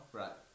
right